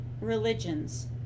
religions